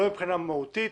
לא מבחינה מהותית,